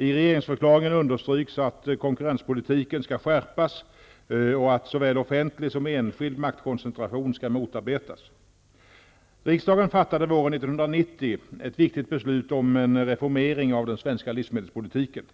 I regeringsförklaringen understryks att konkurrenspolitiken skall skärpas och att såväl offentlig som enskild maktkoncentration skall motarbetas. Riksdagen fattade våren 1990 ett viktigt beslut om en reformering av den svenska livsmedelspolitiken.